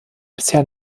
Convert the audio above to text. bisher